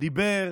דיבר